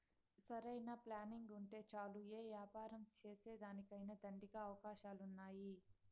సరైన ప్లానింగుంటే చాలు యే యాపారం సేసేదానికైనా దండిగా అవకాశాలున్నాయి